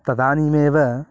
तदानीमेव